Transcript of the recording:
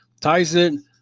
Tyson